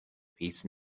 piece